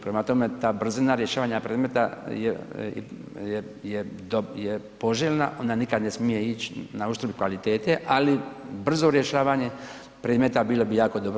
Prema tome, ta brzina rješavanja predmeta je poželjna ona nikad ne smije ići na uštrb kvalitete, ali brzo rješavanje predmeta bilo bi jako dobro.